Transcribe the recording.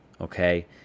okay